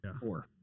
Four